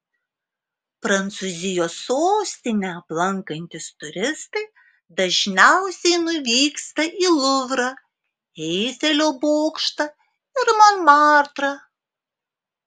prancūzijos sostinę aplankantys turistai dažniausiai nuvyksta į luvrą eifelio bokštą ir monmartrą